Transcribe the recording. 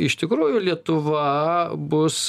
iš tikrųjų lietuva bus